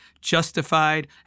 justified